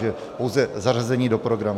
Takže pouze zařazení do programu.